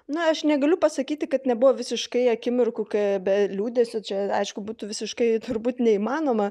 na aš negaliu pasakyti kad nebuvo visiškai akimirkų kai be liūdesio čia aišku būtų visiškai turbūt neįmanoma